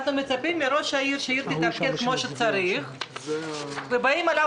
אנחנו מצפים מראש העיר שהעיר תתפקד כמו שצריך ובאים אליו